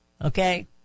okay